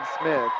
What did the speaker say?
Smith